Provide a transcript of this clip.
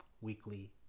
Weekly